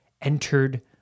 entered